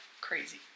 crazy